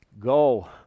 go